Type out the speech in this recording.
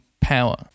power